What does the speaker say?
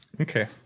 Okay